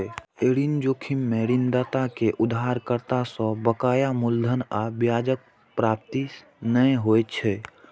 ऋण जोखिम मे ऋणदाता कें उधारकर्ता सं बकाया मूलधन आ ब्याजक प्राप्ति नै होइ छै